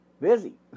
busy